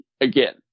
again